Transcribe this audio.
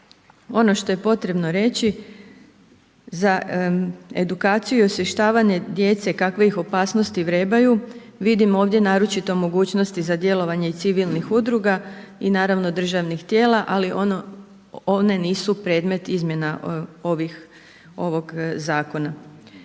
ono što je potrebno reći, za edukaciju i osvještavanje djece kakve ih opasnosti vrebaju, vidimo ovdje naročito mogućnosti za djelovanje i civilnih udruga i naravno, državnih tijela, ali one nisu predmet izmjena ovog Zakona.